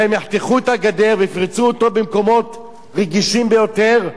והם יחתכו את הגדר ויפרצו אותה במקומות רגישים ביותר,